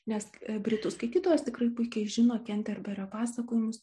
nes britų skaitytojas tikrai puikiai žino kenterberio pasakojimus